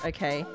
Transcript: Okay